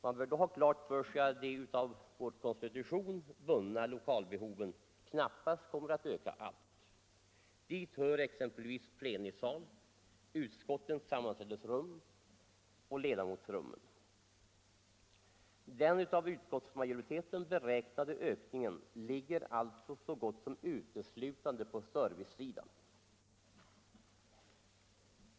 Man bör då ha klart för sig att de av konstitutionen bundna lokalbehoven knappast kommer att öka alls. Dit hör exempelvis plenisal, utskottens sammanträdesrum och ledamotsrummen. Den av utskottsmajoriteten beräknade ökningen ligger alltså så gott som uteslutande på servicesidan.